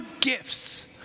gifts